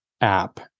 app